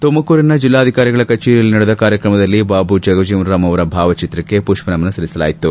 ತುಮಕೂರಿನ ಜಿಲ್ಲಾಧಿಕಾರಿಗಳ ಕಚೇರಿಯಲ್ಲಿ ನಡೆದ ಕಾರ್ಯಕ್ರಮದಲ್ಲಿ ಬಾಬುಜಗಜೀವನ್ರಾಂ ಅವರ ಭಾವಚಿತ್ರಕ್ಕೆ ಮಷ್ವ ನಮನ ಸಲ್ಲಿಸಲಾಯಿತು